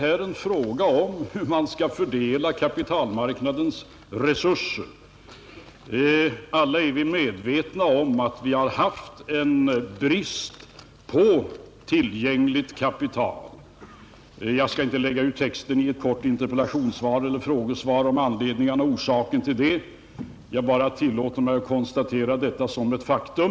Det gäller dessutom hur man skall fördela kapitalmarknadens resurser. Vi är alla medvetna om att vi har haft en brist på kapital. Jag skall inte i ett kort frågesvar lägga ut texten om orsaken till det; jag tillåter mig bara att konstatera detta faktum.